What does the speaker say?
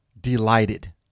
delighted